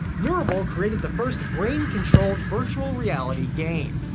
neurable created the first brain-controlled virtual reality game.